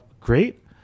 great